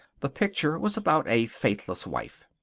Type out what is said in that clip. the picture was about a faithless wife.